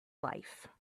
life